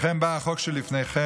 לכן בא החוק שלפניכם,